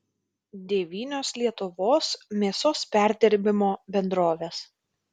devynios lietuvos mėsos perdirbimo bendrovės